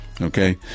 Okay